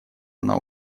она